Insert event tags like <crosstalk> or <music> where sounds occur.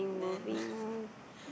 then <breath>